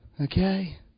Okay